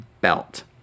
belt